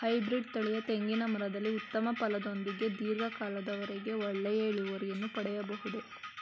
Hybrid ತಳಿಯ ತೆಂಗಿನ ಮರದಲ್ಲಿ ಉತ್ತಮ ಫಲದೊಂದಿಗೆ ಧೀರ್ಘ ಕಾಲದ ವರೆಗೆ ಒಳ್ಳೆಯ ಇಳುವರಿಯನ್ನು ಪಡೆಯಬಹುದೇ?